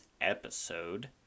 episode